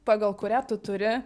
pagal kurią tu turi